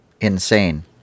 insane